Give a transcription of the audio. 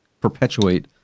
perpetuate